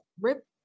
Rip